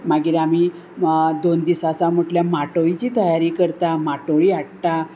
मागीर आमी दोन दिसा आसा म्हटल्यार माटोळीची तयारी करता माटोळी हाडटा